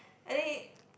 I think